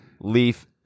Leaf